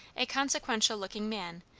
a consequential-looking man,